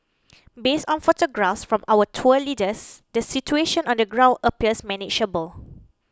based on photographs from our tour leaders the situation on the ground appears manageable